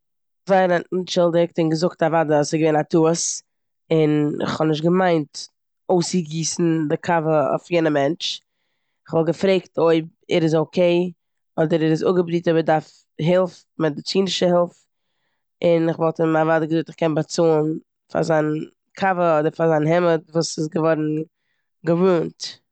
זייער אנטשולדיגט און געזאגט אוודאי אז ס'איז געווען א טעות און כ'האב נישט געמיינט אויסצוגיסן די קאווע אויף יענע מענטש. כ'וואלט געפרעגט אויב ער איז אקעי, אדער ער איז אפגעבריט, אויב ער דארף הילף, מעדיצינישע הילף. און כ'וואלט אים אוודאי געזאגט כ'קען באצאלן פאר זיין קאווע אדער פאר זיין העמד וואס איז געווארן גע'ראנט.